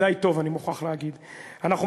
אתה בא